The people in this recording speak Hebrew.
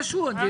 מי